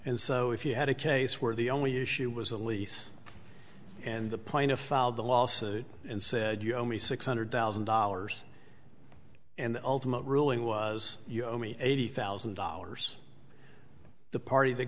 and so if you had a case where the only issue was a lease and the plaintiff filed a lawsuit and said you owe me six hundred thousand dollars and the ultimate ruling was you owe me eighty thousand dollars the party th